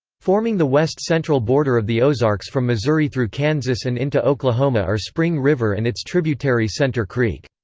forming the west central border of the ozarks from missouri through kansas and into oklahoma are spring river and its tributary center creek.